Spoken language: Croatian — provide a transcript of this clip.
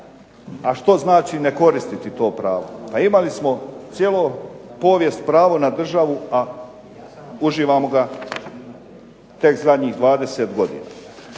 a što znači ne koristiti to pravo, a imali smo cijelo povijest pravo na državu, a uživamo ga tek zadnjih 20 godina.